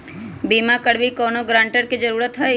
बिमा करबी कैउनो गारंटर की जरूरत होई?